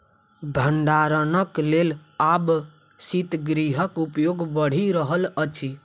भंडारणक लेल आब शीतगृहक उपयोग बढ़ि रहल अछि